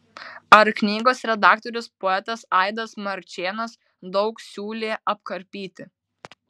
ar knygos redaktorius poetas aidas marčėnas daug siūlė apkarpyti